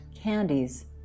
candies